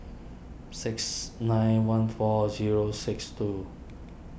six nine one four zero six two